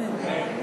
אמן.